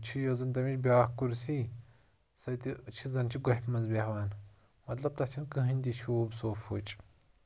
چھِ یۄس زَن تَمِچ بیٛاکھ کُرسی سَہ تہِ چھِ زَن چھِ گۄپھِ منٛز بیٚہوان مطلب تَتھ چھَنہٕ کٕہٕنۍ تہِ شوٗب صوب